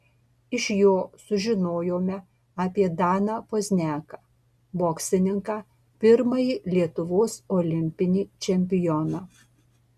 iš jo sužinojome apie daną pozniaką boksininką pirmąjį lietuvos olimpinį čempioną